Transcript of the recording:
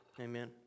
Amen